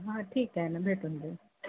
हां ठीक आहे ना भेटून जाईल